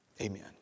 Amen